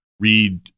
read